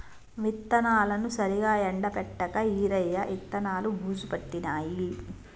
విత్తనాలను సరిగా ఎండపెట్టక ఈరయ్య విత్తనాలు బూజు పట్టినాయి